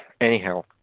Anyhow